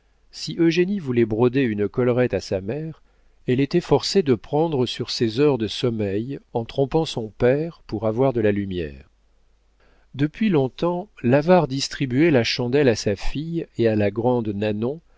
si eugénie voulait broder une collerette à sa mère elle était forcée de prendre sur ses heures de sommeil en trompant son père pour avoir de la lumière depuis longtemps l'avare distribuait la chandelle à sa fille et à la grande nanon